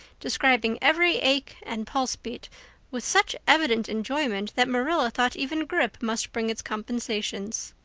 describing every ache and pulse beat with such evident enjoyment that marilla thought even grippe must bring its compensations.